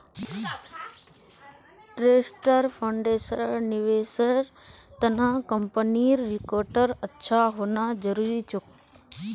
trust फंड्सेर निवेशेर त न कंपनीर रिकॉर्ड अच्छा होना जरूरी छोक